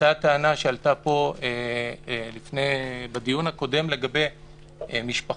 הייתה טענה שעלתה פה בדיון הקודם לגבי משפחות,